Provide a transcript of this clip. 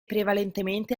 prevalentemente